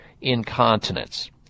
incontinence